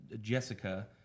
Jessica